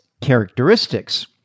characteristics